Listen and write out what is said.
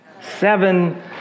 Seven